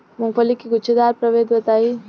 मूँगफली के गूछेदार प्रभेद बताई?